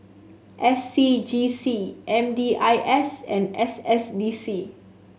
S C G C M D I S and S S D C